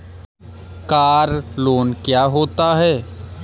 Car loan क्या होता है?